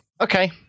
okay